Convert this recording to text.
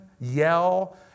yell